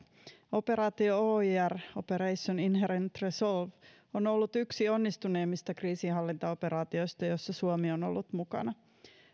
operaatio oir operation inherent resolve on ollut yksi onnistuneimmista kriisinhallintaoperaatioista joissa suomi on ollut mukana